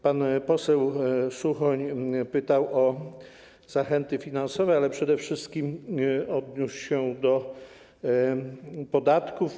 Pan poseł Suchoń pytał o zachęty finansowe, ale przede wszystkim odniósł się do podatków.